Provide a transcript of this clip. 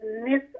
miss